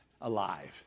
alive